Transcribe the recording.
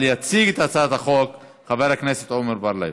אבל יציג את הצעת החוק חבר הכנסת עמר בר-לב.